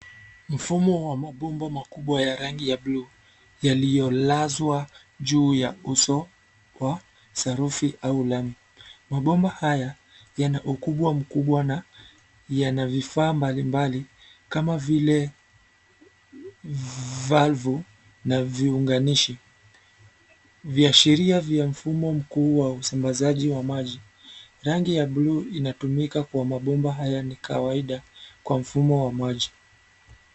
Mfumo wa mabomba makubwa ya rangi ya bluu, yaliyo lazwa juu ya uso wa sarufi au lami. Mabomba haya yana ukubwa mkubwa na yana vifaa mbali mbali kama vile valvu na vyunganishi. Viashiria vya mfumo mkuu wa usambazaji wa maji. Rangi ya bluu inatumika kwa mabomba haya ni kawaida kwa mfumo wa maji.